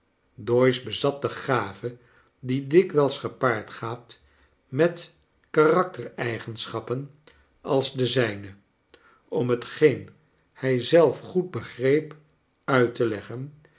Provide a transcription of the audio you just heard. doyce bezat de gave die dikwijls gepaard gaat met karakter eigenschappen als de zijne om hetgeen hij zelf goed begreep uit te leggen